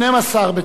חוק הביטוח הלאומי (תיקון מס' 141),